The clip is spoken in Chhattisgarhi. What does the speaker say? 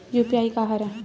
यू.पी.आई का हरय?